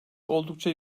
oldukça